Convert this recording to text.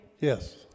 Yes